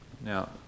Now